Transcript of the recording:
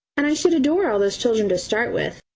and i should adore all those children to start with,